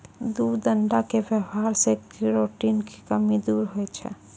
दूध अण्डा के वेवहार से केरोटिन के कमी दूर करै छै